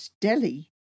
Delhi